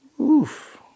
oof